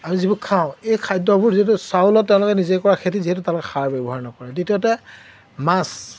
আমি যিবোৰ খাওঁ এই খাদ্যবোৰ যিহেতু চাউলত তেওঁলোকে নিজে কৰা খেতি যিহেতু তাতে সাৰ ব্যৱহাৰ নকৰে দ্বিতীয়তে মাছ